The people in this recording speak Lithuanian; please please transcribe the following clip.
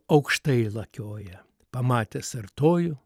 aukštai lakioja pamatęs artojų